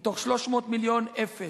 מתוך 300 מיליון, אפס.